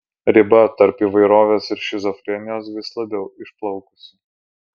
riba tarp įvairovės ir šizofrenijos vis labiau išplaukusi